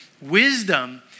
Wisdom